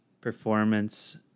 performance